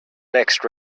next